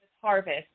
harvest